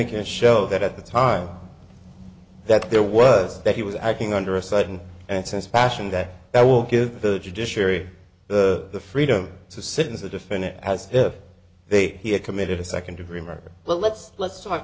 can't show that at the time that there was that he was acting under a sudden and sense of passion that that will give the judiciary the the freedom to sit in the defendant as if they he had committed a second degree murder but let's let's talk